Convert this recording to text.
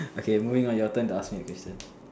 okay moving on your turn to ask me a question